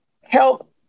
help